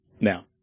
Now